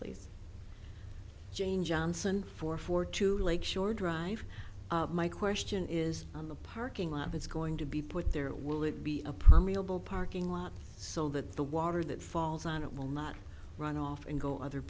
please jane johnson for four to lake shore drive my question is on the parking lot is going to be put there or will it be a permeable parking lot so that the water that falls on it will not run off and go other